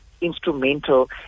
instrumental